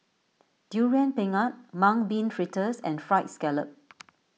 Durian Pengat Mung Bean Fritters and Fried Scallop